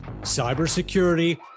cybersecurity